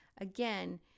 again